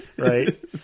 Right